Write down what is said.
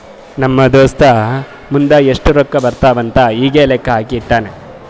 ನಮ್ ದೋಸ್ತ ಮುಂದ್ ಎಷ್ಟ ರೊಕ್ಕಾ ಬರ್ತಾವ್ ಅಂತ್ ಈಗೆ ಲೆಕ್ಕಾ ಹಾಕಿ ಇಟ್ಟಾನ್